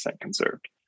conserved